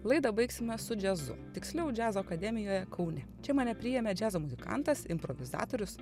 laidą baigsime su džiazu tiksliau džiazo akademijoje kaune čia mane priėmė džiazo muzikantas improvizatorius